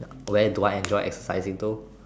where do I enjoy exercising though